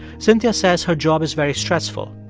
cynthia says her job is very stressful.